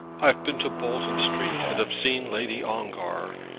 i have been to bolton street and have seen lady ongar.